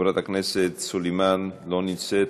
חברת הכנסת סלימאן, לא נמצאת,